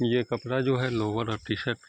یہ کپڑا جو ہے لوور اور ٹی شرٹ